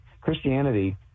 Christianity